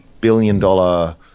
billion-dollar